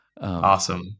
Awesome